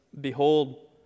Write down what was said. behold